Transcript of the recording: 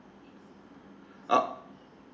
uh